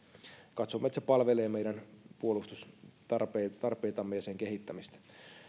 katsomme että se palvelee meidän puolustustarpeitamme ja sen kehittämistä